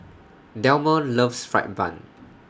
Delmer loves Fried Bun